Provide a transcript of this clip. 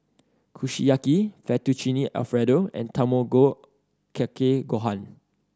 Kushiyaki Fettuccine Alfredo and Tamago Kake Gohan